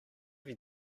have